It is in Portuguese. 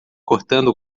cortando